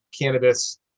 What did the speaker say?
cannabis